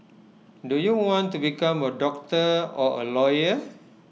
do you want to become A doctor or A lawyer